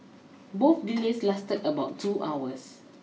both delays lasted about two hours